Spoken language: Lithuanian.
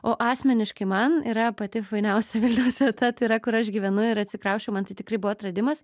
o asmeniškai man yra pati fainiausia vilniaus vieta tai yra kur aš gyvenu ir atsikrausčiau man tai tikrai buvo atradimas